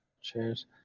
Cheers